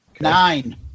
Nine